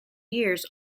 years